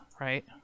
right